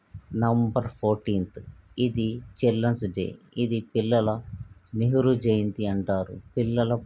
November fourteenth ఇది children's day ఇది పిల్లల నెహ్రూ జయంతి అంటారు పిల్లలము